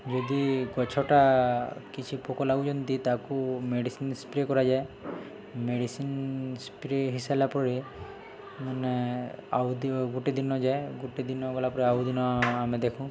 ଯଦି ଗଛଟା କିଛି ପୋକ ଲାଗୁଛନ୍ତି ତାକୁ ମେଡିସିନ ସ୍ପ୍ରେ କରାଯାଏ ମେଡିସିନ ସ୍ପ୍ରେ ହୋଇସାରିଲା ପରେ ମାନେ ଆଉ ଗୋଟେ ଦିନ ଯାଏ ଗୋଟେ ଦିନ ଗଲା ପରେ ଆଉ ଦିନ ଆମେ ଦେଖୁ